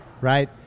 Right